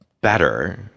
better